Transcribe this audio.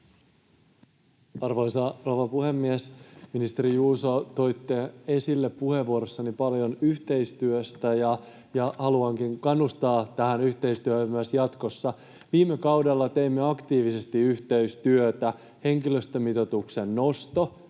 Arvoisa rouva puhemies! Ministeri Juuso, toitte esille puheenvuorossanne paljon yhteistyötä, ja haluankin kannustaa tähän yhteistyöhön myös jatkossa. Viime kaudella teimme aktiivisesti yhteistyötä. Oli henkilöstömitoituksen nosto